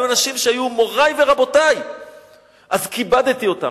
היו אנשים שהיו מורי ורבותי, אז כיבדתי אותם.